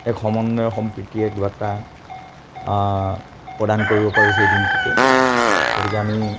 এক সমন্বয় সম্প্ৰীতি এক বাৰ্তা প্ৰদান কৰিব পাৰোঁ সেই দিনটোতে গতিকে আমি